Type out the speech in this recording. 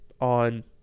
on